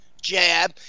jab